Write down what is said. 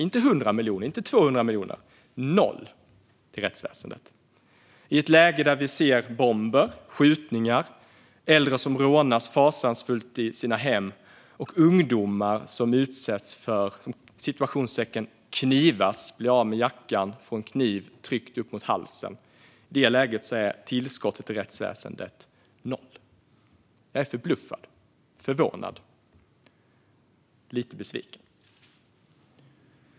Inte 100 miljoner, inte 200 miljoner utan noll kronor till rättsväsendet. I ett läge där vi ser bomber och skjutningar, där äldre rånas på ett fasansfullt sätt i sina hem och ungdomar "knivas", alltså får en kniv tryckt mot halsen, och blir av med av med jackan är tillskottet till rättsväsendet noll kronor. Jag är förbluffad, förvånad och lite besviken.